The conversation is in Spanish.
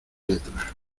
letras